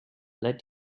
let